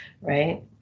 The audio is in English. right